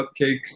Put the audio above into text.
cupcakes